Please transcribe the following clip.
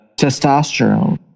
testosterone